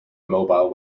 mobile